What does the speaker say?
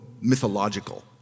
mythological